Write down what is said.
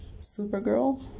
Supergirl